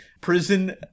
prison